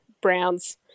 Browns